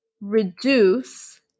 reduce